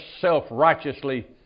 self-righteously